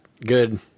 Good